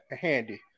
handy